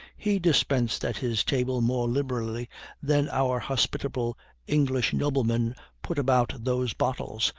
he dispensed at his table more liberally than our hospitable english noblemen put about those bottles,